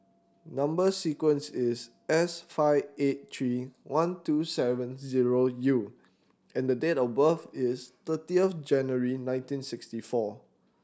number sequence is S five eight three one two seven zero U and date of birth is thirtieth January nineteen sixty four